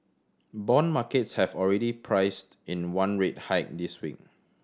bond markets have already priced in one rate hike this week